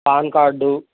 PAN card